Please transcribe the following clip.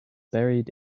buried